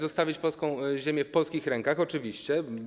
Zostawić polską ziemię w polskich rękach - oczywiście.